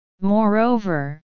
Moreover